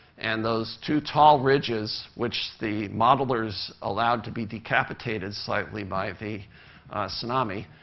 and those two tall ridges, which the modelers allowed to be decapitated slightly by the tsunami,